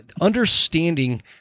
understanding